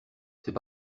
c’est